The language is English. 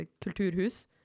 kulturhus